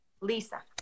Lisa